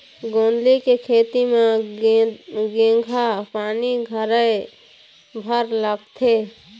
गोंदली के खेती म केघा पानी धराए बर लागथे?